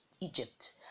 egypt